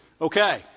okay